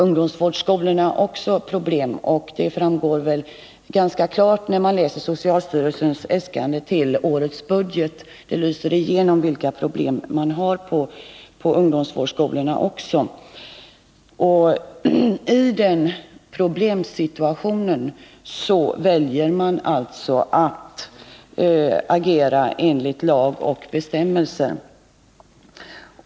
När man läser socialstyrelsens äskande framgår det också ganska tydligt att ungdomsvårdsskolorna har problem. I den här situationen väljer man alltså att agera enligt lag och bestämmelse.